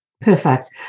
Perfect